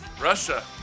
Russia